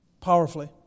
powerfully